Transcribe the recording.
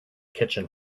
kitchen